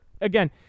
again